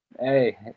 hey